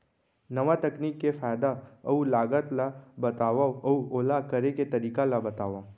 नवा तकनीक के फायदा अऊ लागत ला बतावव अऊ ओला करे के तरीका ला बतावव?